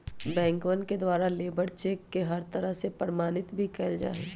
बैंकवन के द्वारा लेबर चेक के हर तरह से प्रमाणित भी कइल जा हई